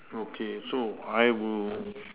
okay so I will